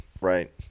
right